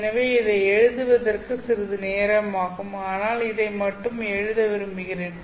எனவே இதை எழுதுவதற்கு சிறிது நேரம் ஆகும் ஆனால் இதை மட்டும் எழுத விரும்புகிறேன்